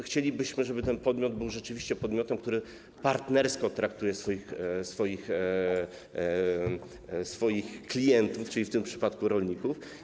Chcielibyśmy, żeby ten podmiot był rzeczywiście podmiotem, który partnersko traktuje swoich klientów, czyli w tym przypadku rolników.